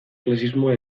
klasismoa